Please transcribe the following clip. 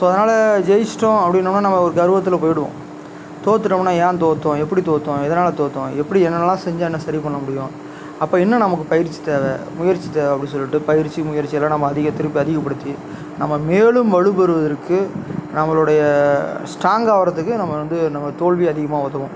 so அதனால் ஜெயித்திட்டோம் அப்படின்னமுன்னா நம்ம கர்வத்தில் போயிடுவோம் தோற்றுட்டோமுன்னா ஏன் தோற்றோம் எப்படி தோற்றோம் எதனால் தோற்றோம் எப்படி என்னன்னெல்லாம் செஞ்சு என்ன சரிப்பண்ண முடியும் அப்போ இன்னும் நமக்கு பயிற்சி தேவை முயற்சி தேவை அப்படி சொல்லிவிட்டு பயிற்சி முயற்சில்லாம் நம்ம அதிக திருப்பி அதிகப்படுத்தி நம்ம மேலும் வலுப்பெறுவதற்கு நம்மளுடைய ஸ்ட்ராங் ஆகிறத்துக்கு நம்ம வந்து நம்ம தோல்வியை அதிகமாக வரும்